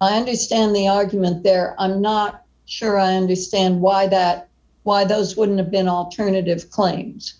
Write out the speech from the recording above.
i understand the argument there i'm not sure i understand why that why those wouldn't have been alternative claims